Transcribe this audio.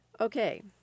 Okay